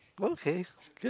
oh okay good